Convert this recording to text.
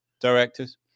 directors